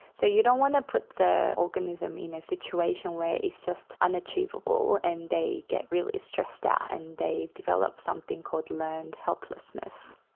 so you don't want to put the organism in a situation where it's unachievable and they get really stressed out and they develop something called learned helplessness.